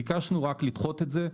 ביקשנו רק לדחות את זה.